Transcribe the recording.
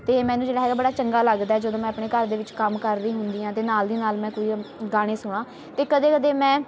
ਅਤੇ ਮੈਨੂੰ ਜਿਹੜਾ ਹੈਗਾ ਬੜਾ ਚੰਗਾ ਲੱਗਦਾ ਜਦੋਂ ਮੈਂ ਆਪਣੇ ਘਰ ਦੇ ਵਿੱਚ ਕੰਮ ਰਹੀ ਹੁੰਦੀ ਹਾਂ ਅਤੇ ਨਾਲ ਦੀ ਨਾਲ ਮੈਂ ਕੋਈ ਅ ਗਾਣੇ ਸੁਣਾਂ ਅਤੇ ਕਦੇ ਕਦੇ ਮੈਂ